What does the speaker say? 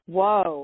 Whoa